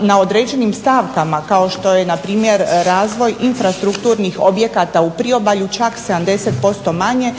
na određenim stavkama kao što je npr. razvoj infrastrukturnih objekata u priobalju čak 70% manje